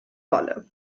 wolle